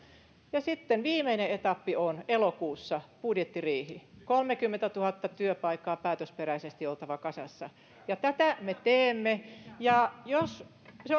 ja sitten viimeinen etappi on elokuussa budjettiriihi jossa kolmekymmentätuhatta työpaikkaa päätösperäisesti on oltava kasassa tätä me teemme